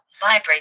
vibrate